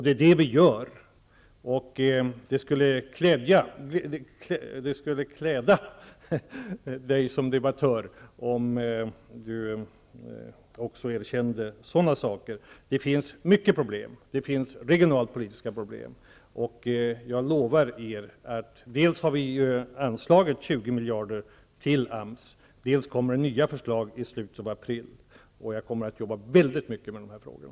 Det skulle vara klädsamt om debattören också erkände sådana saker. Det finns många problem, däribland regionalpolitiska problem, och därför har vi dels anslagit 20 miljarder till AMS, dels för avsikt att komma med nya förslag i slutet av april. Jag lovar att jag kommer att jobba väldigt mycket med de här frågorna.